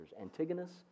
Antigonus